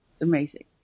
amazing